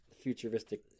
futuristic